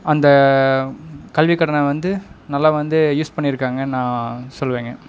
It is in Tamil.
அந்த கல்விக் கடனை வந்து நல்லா வந்து யூஸ் பண்ணியிருக்காங்கன்னு நான் சொல்வேங்க